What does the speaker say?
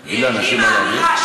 אני אגיד לאנשים מה להגיד?